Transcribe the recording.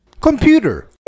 Computer